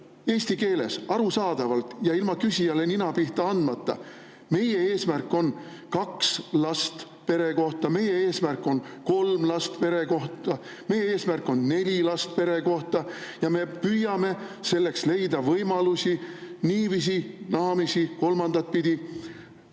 eesti keeles arusaadavalt ja ilma küsijale nina pihta andmata, [näiteks]: meie eesmärk on kaks last pere kohta, meie eesmärk on kolm last pere kohta, meie eesmärk on neli last pere kohta ja me püüame selleks leida võimalusi niiviisi, naaviisi, kolmandat pidi,